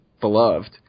beloved